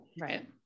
Right